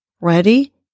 Ready